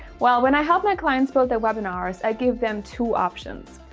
well, when i help my clients build their webinars, i give them two options.